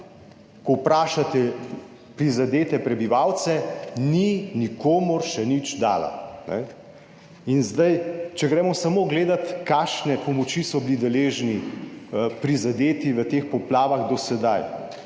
ko vprašate prizadete prebivalce, ni nikomur še nič dala. In zdaj, če gremo samo gledati kakšne pomoči so bili deležni prizadeti v teh poplavah do sedaj.